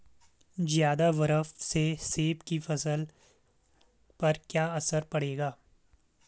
ज़्यादा बर्फ से सेब की फसल पर क्या असर पड़ेगा?